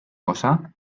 cosa